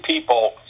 people